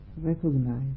Recognize